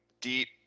deep